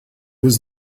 was